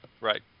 Right